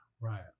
Right